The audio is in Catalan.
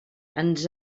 ens